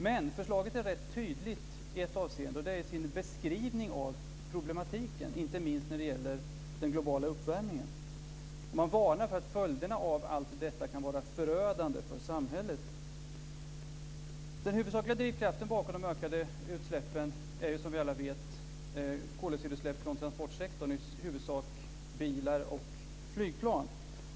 Men förslaget är rätt tydligt i ett avseende, nämligen i beskrivningen av problematiken - inte minst när det gäller den globala uppvärmningen. Man varnar för att följderna av allt detta kan vara förödande för samhället. Den huvudsakliga drivkraften bakom de ökande utsläppen är som vi alla vet koldioxidutsläpp från transportsektorn, i huvudsak från bilar och flygplan.